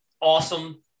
awesome